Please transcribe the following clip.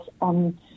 on